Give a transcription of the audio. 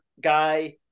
guy